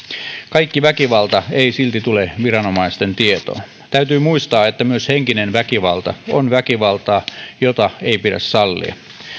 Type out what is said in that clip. kaikki väkivalta ei silti tule viranomaisten tietoon täytyy muistaa että myös henkinen väkivalta on väkivaltaa jota ei pidä sallia